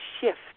shift